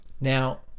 Now